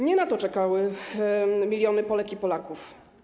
Nie na to czekały miliony Polek i Polaków.